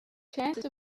chance